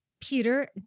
Peter